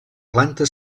planta